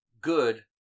good